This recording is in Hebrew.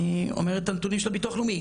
אני אומר את הנתונים של הביטוח לאומי,